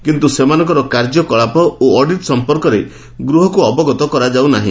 କିନ୍ତୁ ସେମାନଙ୍କର କାର୍ଯ୍ୟକଳାପ ଓ ଅଡିଟ୍ ସଂପର୍କରେ ଗୃହକୁ ଅବଗତ କରାଯାଉ ନାହି